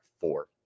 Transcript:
four